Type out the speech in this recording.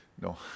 No